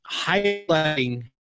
highlighting